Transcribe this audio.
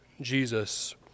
Jesus